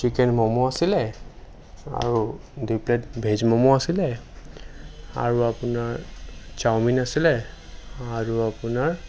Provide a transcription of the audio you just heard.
chicken momo আছিলে আৰু দুই প্লেট ভেজ ম'ম' আছিলে আৰু আপোনাৰ চাওমিন আছিলে আৰু আপোনাৰ